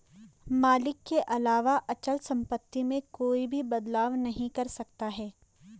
मालिक के अलावा अचल सम्पत्ति में कोई भी बदलाव नहीं कर सकता है